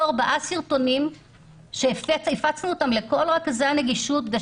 ארבעה סרטונים שהפצנו אותם לכל רכזי הנגישות.